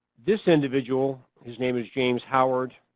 this individual, his name is james howard.